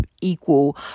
equal